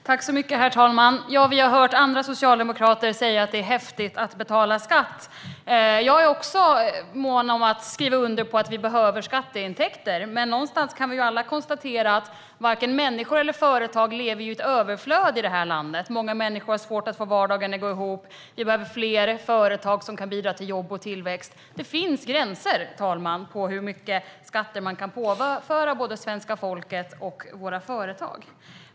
Herr talman! Vi har hört andra socialdemokrater säga att det är häftigt att betala skatt. Jag är också mån om att skriva under på att vi behöver skatteintäkter, men vi kan alla konstatera att varken människor eller företag lever i ett överflöd i det här landet. Många människor har svårt att få vardagen att gå ihop. Vi behöver fler företag som kan bidra till jobb och tillväxt. Det finns gränser, herr talman, för hur mycket skatter man kan påföra svenska folket och våra företag.